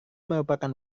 merupakan